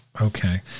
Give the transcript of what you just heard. okay